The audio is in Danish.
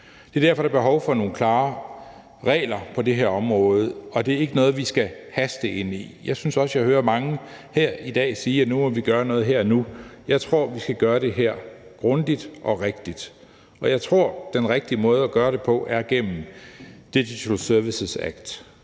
Det er derfor, at der er behov for nogle klare regler på det her område. Og det er ikke noget, vi skal haste ind i. Jeg synes, at jeg hører mange her i dag sige, at vi skal gøre noget her og nu. Jeg tror, at vi skal gøre det her grundigt og rigtigt. Jeg tror, at den rigtige måde at gøre det på er gennem Digital Services Act,